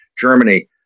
Germany